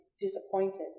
disappointed